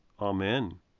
amen